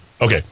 Okay